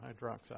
hydroxide